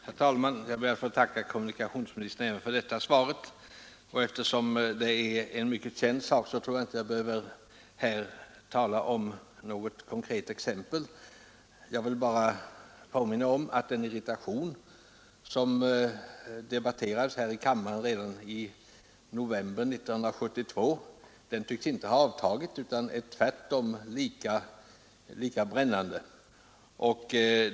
Herr talman! Jag ber att få tacka kommunikationsministern även för detta svar. Eftersom den sak det gäller är mycket känd tror jag inte att jag behöver ta något konkret exempel. Jag vill bara påminna om att den irritation som debatterades i kammaren redan i november 1972 inte har avtagit utan tvärtom är lika brännande.